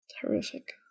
Terrific